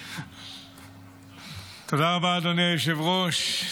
תודה רבה, אדוני היושב-ראש.